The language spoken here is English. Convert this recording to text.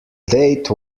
date